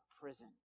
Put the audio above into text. prison